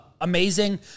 amazing